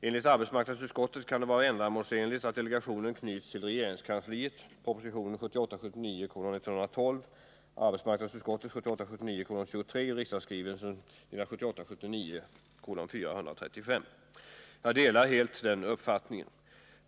Enligt arbetsmarknadsutskottet kan det vara ändamålsenligt att delegationen knyts till regeringskansliet . Jag delar helt den uppfattningen.